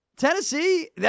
Tennessee